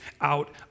out